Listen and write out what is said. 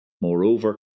Moreover